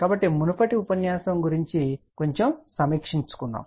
కాబట్టి మునుపటి ఉపన్యాసం గురించి కొంచెం సమీక్షించుకుందాం